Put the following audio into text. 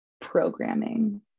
programming